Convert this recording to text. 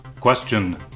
Question